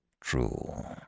True